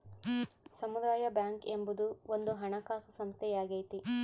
ಸಮುದಾಯ ಬ್ಯಾಂಕ್ ಎಂಬುದು ಒಂದು ಹಣಕಾಸು ಸಂಸ್ಥೆಯಾಗೈತೆ